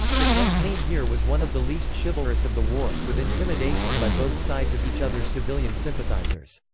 the campaign here was one of the least chivalrous of the war, with intimidation by both sides of each other's civilian sympathizers.